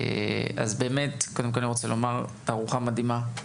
אז באמת קודם כל אני רוצה לומר שהתערוכה מדהימה.